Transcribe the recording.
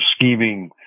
scheming